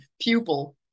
pupil